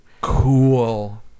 cool